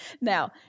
Now